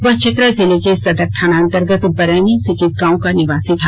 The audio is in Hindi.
वह चतरा जिले के सदर थाना अंतर्गत बरैनी सिकिद गाँव का निवासी था